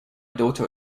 daughter